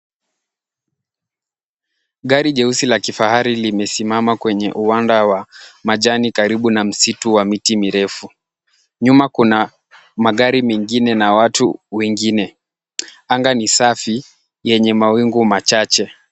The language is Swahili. Gari jeusi la kifahari limesimama kwenye uwanja wa majani karibu na msitu wa miti mirefu. Nyuma kuna magari mengine na watu wengine. Anga ni safi yenye mawingu machache.